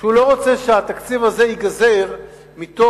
שהוא לא רוצה שהתקציב הזה ייגזר מתוך,